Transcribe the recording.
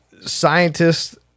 scientists